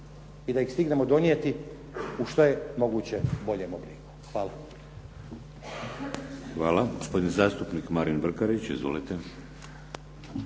i da ih stignemo donijeti u što je moguće boljem obliku. Hvala. **Šeks, Vladimir (HDZ)** Hvala. Gospodin zastupnik Marin Brkarić. Izvolite.